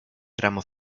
tramo